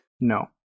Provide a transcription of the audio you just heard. No